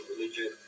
religion